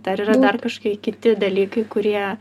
dar yra dar kažkokie kiti dalykai kurie